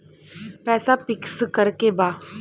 पैसा पिक्स करके बा?